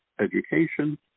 education